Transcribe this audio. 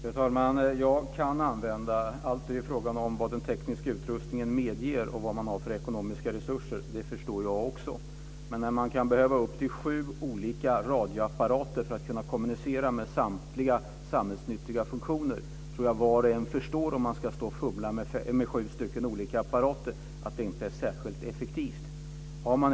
Fru talman! Allt det det är frågan om är vad den tekniska utrustningen medger och vad det finns för ekonomiska resurser. Det förstår jag också. Jag tror att var och en kan förstå att det inte är särskilt effektivt att behöva fumla med upp till sju olika radioapparater för att kommunicera med samtliga samhällsnyttiga funktioner.